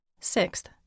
Sixth